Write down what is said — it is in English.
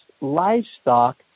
livestock